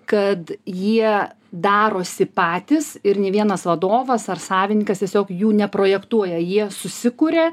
kad jie darosi patys ir nei vienas vadovas ar savininkas tiesiog jų neprojektuoja jie susikuria